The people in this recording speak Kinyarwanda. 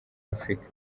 afurika